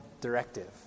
directive